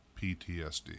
PTSD